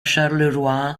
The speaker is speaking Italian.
charleroi